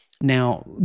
Now